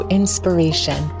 inspiration